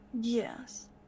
Yes